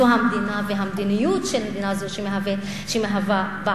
זו המדינה והמדיניות של מדינה זו שמהוות בעיה.